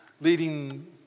leading